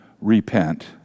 repent